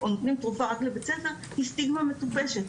או נותנים תרופה רק לבית הספר היא סטיגמה מטופשת,